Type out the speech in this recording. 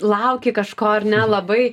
lauki kažko ar ne labai